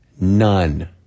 None